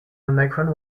nichrome